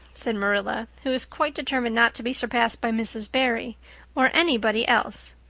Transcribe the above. said marilla, who was quite determined not to be surpassed by mrs. barry or anybody else.